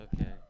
Okay